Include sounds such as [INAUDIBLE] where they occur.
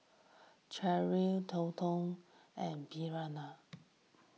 Cherri Treyton and Bertina [NOISE]